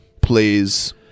please